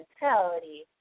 mentality